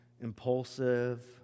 impulsive